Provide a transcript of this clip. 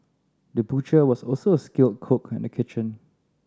the butcher was also a skilled cook in the kitchen